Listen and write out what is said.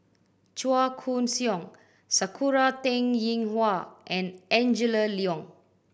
Chua Koon Siong Sakura Teng Ying Hua and Angela Liong